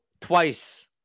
twice